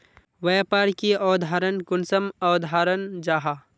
व्यापार की अवधारण कुंसम अवधारण जाहा?